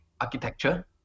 architecture